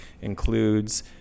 includes